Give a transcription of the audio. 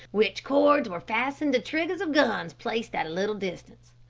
which cords were fastened to triggers of guns placed at a little distance.